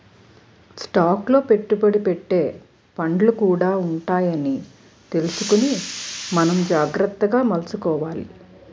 stock లో పెట్టుబడి పెట్టే ఫండ్లు కూడా ఉంటాయని తెలుసుకుని మనం జాగ్రత్తగా మసలుకోవాలి